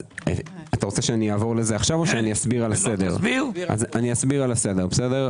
אני אסביר על הסדר.